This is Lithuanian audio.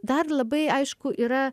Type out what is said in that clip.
dar labai aišku yra